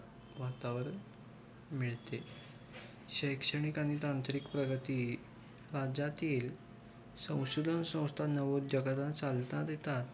वातावरण मिळते शैक्षणिक आणि तांत्रिक प्रगती राज्यातील संशोधन संस्था नवोद्योगाला चालना देतात